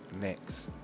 next